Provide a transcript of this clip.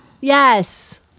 Yes